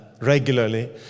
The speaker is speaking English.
regularly